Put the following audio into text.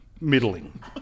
Middling